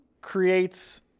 creates